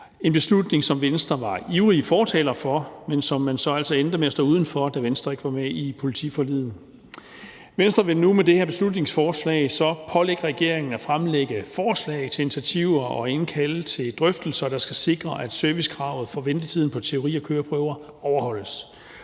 en beslutning, som Venstre var ivrige fortalere for, men som man så altså endte med at stå uden for, da Venstre ikke var med i politiforliget. Venstre vil nu med det her beslutningsforslag så pålægge regeringen at fremlægge forslag til initiativer og indkalde til drøftelser, der skal sikre, at servicekravet i forhold til ventetiden på teori- og køreprøver overholdes.